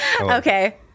Okay